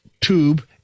tube